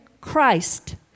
Christ